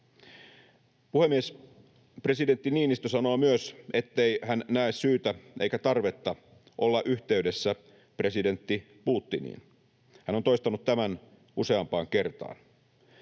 Puhemies! Presidentti Niinistö sanoi myös, ettei hän näe syytä eikä tarvetta olla yhteydessä presidentti Putiniin. Hän on toistanut tämän useampaan kertaan.